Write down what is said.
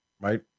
right